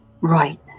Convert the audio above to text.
Right